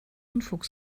unfug